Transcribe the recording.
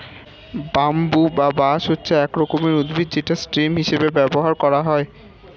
bamboo বা বাঁশ হচ্ছে এক রকমের উদ্ভিদ যেটা স্টেম হিসেবে ব্যবহার করা হয়